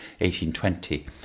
1820